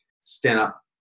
stand-up